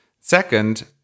Second